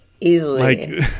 Easily